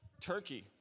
Turkey